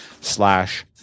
slash